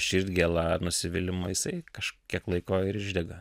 širdgėla nusivylimu jisai kažkiek laiko ir išdega